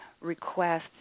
requests